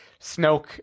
Snoke